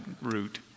route